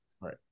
Right